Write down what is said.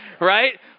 right